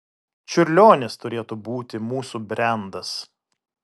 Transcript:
čiurlionis turėtų būti mūsų brendas